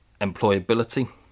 employability